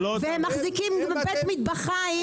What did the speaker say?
והם מחזיקים בית מטבחיים,